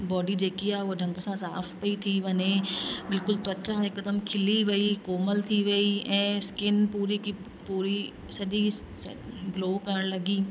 body जेकी आहे उहा ढंग सां साफ़ पई थी वञे बिल्कुल त्वचा हिकदमु खिली वई कोमल थी वई ऐं स्किन पूरी की पूरी सॼी ग्लो करण लॻी